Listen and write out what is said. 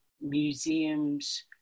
museums